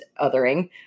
othering